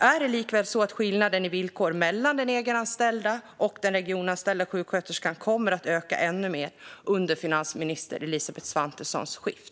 Är det likväl så att skillnaden i villkor mellan den egenanställda och den regionanställda sjuksköterskan kommer att öka ännu mer under finansminister Elisabeth Svantessons skift?